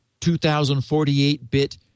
2048-bit